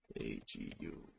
AGU